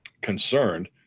concerned